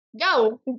Go